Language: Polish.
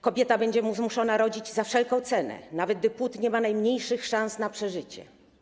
Kobieta będzie zmuszona rodzić za wszelką cenę, nawet gdy płód nie ma najmniejszych szans na przeżycie.